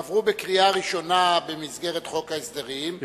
הן עברו בקריאה ראשונה במסגרת חוק ההסדרים,